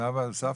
סבא וסבתא?